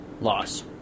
loss